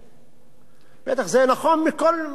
בטח, זה נכון מכל בחינה שהיא.